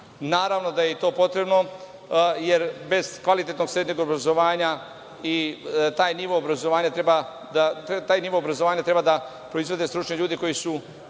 Naravno da je i to potrebno, jer bez kvalitetnog srednjeg obrazovanja i taj nivo obrazovanja treba da proizvede stručne ljude koji će